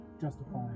justifying